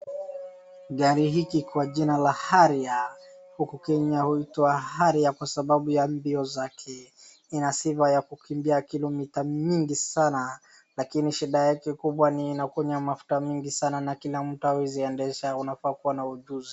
Gari hiki kwa jina la Harrier . Huku Kenya huitwa Harrier kwa sababu ya mbio zake. Ina sifa ya kukimbia kilo mita mingi sana, lakini shida yake kubwa ni inakunywa mafuta mingi sana na kila mtu hawezi endesha unafaa kuwa na ujuzi.